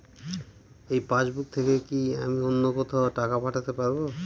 এই পাসবুক থেকে কি আমি অন্য কোথাও টাকা পাঠাতে পারব?